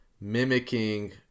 mimicking